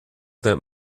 that